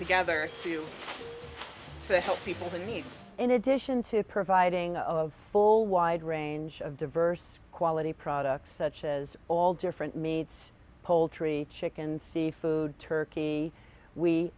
together to say help people in need in addition to providing of full wide range of diverse quality products such as all different meats poultry chicken seafood turkey we